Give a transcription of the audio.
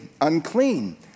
unclean